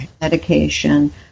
medication